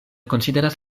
konsideras